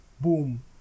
boom